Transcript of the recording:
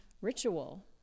Ritual